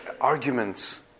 arguments